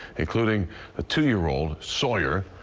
including a two year old, sawyer,